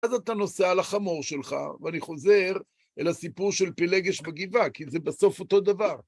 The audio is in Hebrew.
אז אתה נוסע על החמור שלך, ואני חוזר אל הסיפור של פלגש בגבעה, כי זה בסוף אותו דבר.